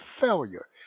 failure